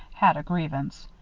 had a grievance.